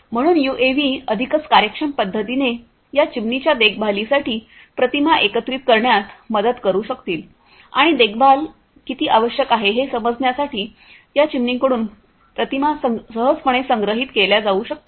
म्हणून यूएव्ही अधिकच कार्यक्षम पद्धतीने या चिमणीच्या देखभालीसाठी प्रतिमा एकत्रित करण्यात मदत करू शकतील आणि देखभाल किती आवश्यक आहे हे समजण्यासाठी या चिमणींकडून प्रतिमा सहजपणे संग्रहित केल्या जाऊ शकतात